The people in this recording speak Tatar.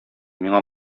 миңа